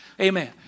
Amen